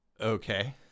Okay